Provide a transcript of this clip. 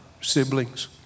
siblings